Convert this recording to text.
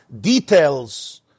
details